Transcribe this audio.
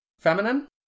feminine